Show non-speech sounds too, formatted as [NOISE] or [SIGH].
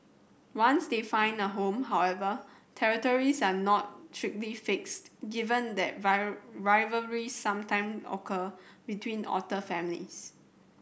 once they find a home however territories are not strictly fixed given that [UNINTELLIGIBLE] rivalry sometime occur between otter families